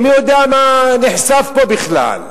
מי יודע מה נחשף פה בכלל,